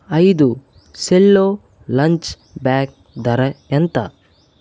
ఐదు Cello lunch bag ధర ఎంత